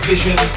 Vision